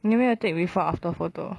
你有没有 take before after photo